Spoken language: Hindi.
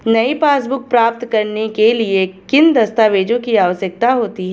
नई पासबुक प्राप्त करने के लिए किन दस्तावेज़ों की आवश्यकता होती है?